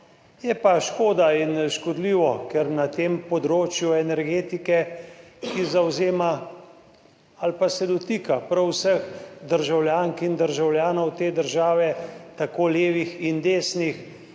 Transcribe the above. je pa škoda in škodljivo, ker na tem področju energetike, ki zajema ali pa se dotika prav vseh državljank in državljanov te države, tako levih in desnih,